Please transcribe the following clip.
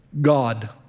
God